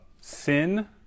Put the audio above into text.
Sin